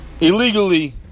illegally